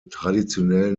traditionell